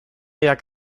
jak